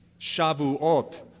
Shavuot